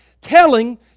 telling